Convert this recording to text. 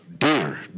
Dear